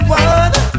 one